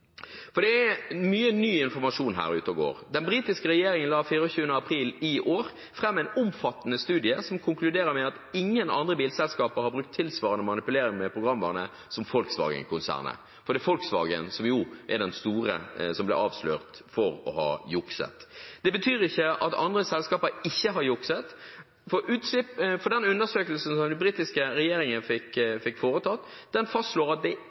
Det er mye ny informasjon ute og går. Den britiske regjeringen la 24. april i år fram en omfattende studie som konkluderer med at ingen andre bilselskaper har brukt tilsvarende manipulerende programvare som Volkswagen-konsernet. Det er Volkswagen som jo er de store som ble avslørt for å ha jukset. Det betyr ikke at andre selskaper ikke har jukset, for undersøkelsen som den britiske regjeringen fikk foretatt, fastslår at